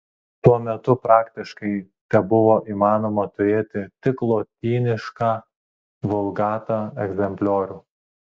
tuo metu praktiškai tebuvo įmanoma turėti tik lotynišką vulgata egzempliorių